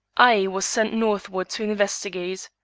i was sent northward to investigate.